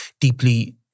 deeply